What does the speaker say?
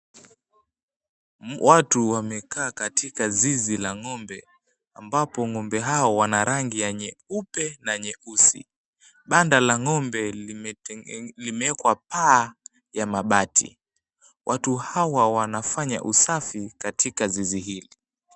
Watu wamekaa katika zizi la ng'ombe, ambapo ng'ombe hao wana rangi nyeupe na nyeusi. Banda la ng'ombe limeekwa paa ya mabati, watu hawa wanafanya usafi katika zizi hili.